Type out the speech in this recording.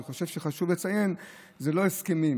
אני חושב שחשוב לציין שאלה לא הסכמים,